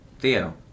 Theo